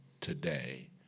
today